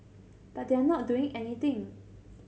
but they are not doing anything